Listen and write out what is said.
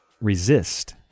resist